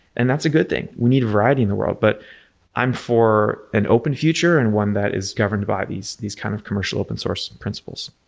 and that's a good thing. we need variety in the world, but i'm for an open future and one that is governed by these these kind of commercial open source principles.